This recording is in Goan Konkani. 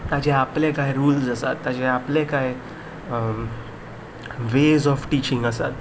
ताजें आपलें कांय रुल्स आसात ताजें आपलें कांय वेज ऑफ टिचींग आसात